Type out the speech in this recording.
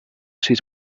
sis